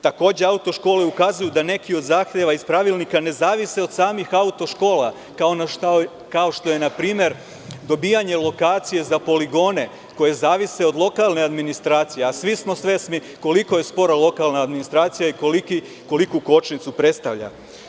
Takođe, auto škole ukazuju da neki od zahteva iz pravilnika ne zavise od samih auto škola, kao što je naprimer dobijanje lokacije za poligone koje zavise od lokalne administracije, a svi smo svesni koliko je spora lokalna administracija i koliku kočnicu predstavlja.